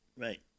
Right